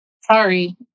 sorry